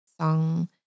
song